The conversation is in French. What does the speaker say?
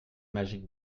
magique